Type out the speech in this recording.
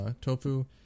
Tofu